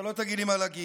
אתה לא תגיד לי מה להגיד.